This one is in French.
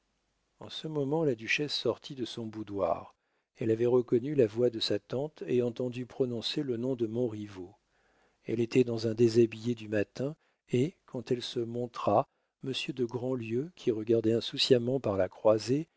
en ce moment la duchesse sortit de son boudoir elle avait reconnu la voix de sa tante et entendu prononcer le nom de montriveau elle était dans un déshabillé du matin et quand elle se montra monsieur de grandlieu qui regardait insouciamment par la croisée